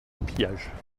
pillage